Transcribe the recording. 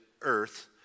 earth